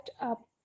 up